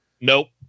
Nope